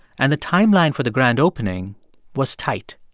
and the timeline for the grand opening was tight.